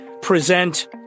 present